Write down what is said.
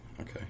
okay